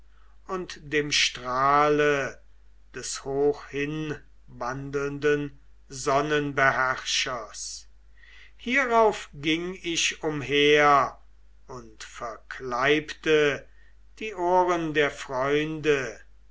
und dem strahle des hochhinwandelnden sonnenbeherrschers hierauf ging ich umher und verklebte die ohren der freunde